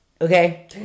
Okay